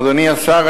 אדוני השר,